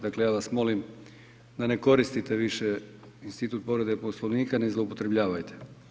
Dakle, ja vas molim da ne koristite više institut povrede Poslovnika, ne zloupotrebljavajte.